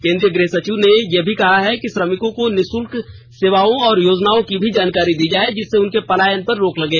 केंद्रीय गृहसचिव ने ये भी कहा है कि श्रमिकों को निषुल्क सेवाओं और योजनाओं की भी जानकारी दी जाये जिससे उनके पलायन पर रोक लगे